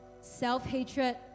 self-hatred